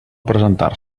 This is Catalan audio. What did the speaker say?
presentar